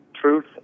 truth